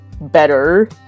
better